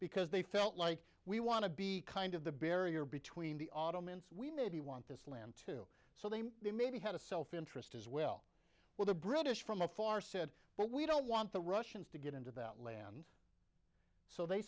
because they felt like we want to be kind of the barrier between the ottomans we maybe want this land too so they they maybe had a self interest as well where the british from a far said well we don't want the russians to get into that land so they